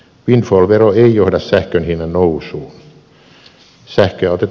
windfall vero ei johda sähkön hinnan nousuun